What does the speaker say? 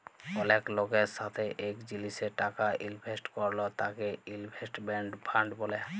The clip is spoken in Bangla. অলেক লকের সাথে এক জিলিসে টাকা ইলভেস্ট করল তাকে ইনভেস্টমেন্ট ফান্ড ব্যলে